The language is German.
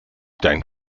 dein